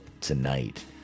tonight